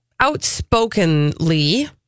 outspokenly